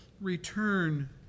return